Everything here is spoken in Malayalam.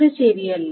ഇത് ശരിയല്ല